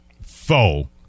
foe